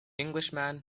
englishman